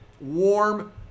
warm